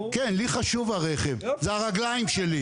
כן, לי חשוב הרכב, זה הרגליים שלי.